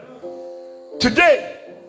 Today